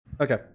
Okay